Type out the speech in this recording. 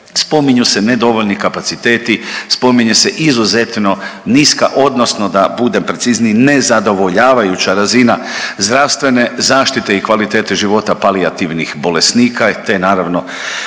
Spominju se nedovoljni kapaciteti, spominje se izuzetno niska odnosno da budem precizniji nezadovoljavajuća razina zdravstvene zaštite i kvalitete života palijativnih bolesnika te naravno